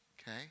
Okay